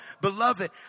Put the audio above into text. Beloved